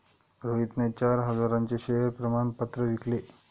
रोहितने चार हजारांचे शेअर प्रमाण पत्र विकले